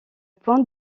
point